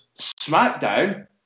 SmackDown